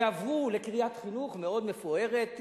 ועברו לקריית חינוך מאוד מפוארת,